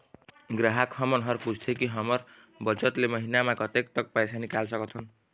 ग्राहक हमन हर पूछथें की हमर बचत ले महीना मा कतेक तक पैसा निकाल सकथन?